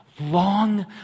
Long